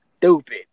stupid